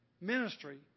ministry